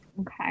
Okay